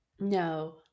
No